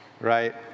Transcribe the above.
right